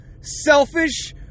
selfish